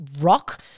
rock